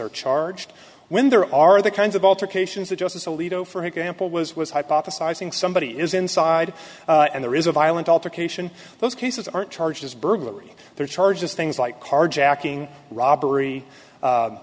are charged when there are the kinds of altercations that justice alito for example was was hypothesizing somebody is inside and there is a violent altercation those cases aren't charged as burglary their charges things like carjacking robbery